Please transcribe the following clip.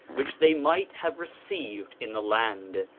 which they might have received in the land,